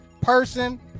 person